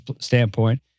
standpoint